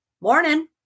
morning